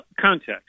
context